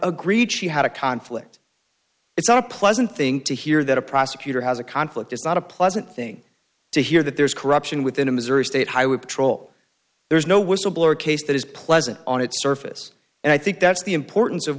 agreed she had a conflict it's not a pleasant thing to hear that a prosecutor has a conflict it's not a pleasant thing to hear that there is corruption within a missouri state highway patrol there's no whistle blower case that is pleasant on its surface and i think that's the importance of